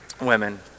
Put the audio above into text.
women